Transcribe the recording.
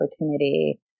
opportunity